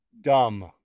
dumb